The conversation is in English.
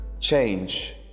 change